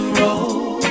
roll